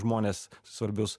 žmones svarbius